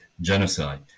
genocide